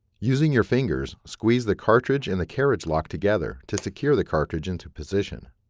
using your fingers squeeze the cartridge and the carriage lock together to secure the cartridge into position.